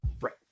right